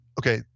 okay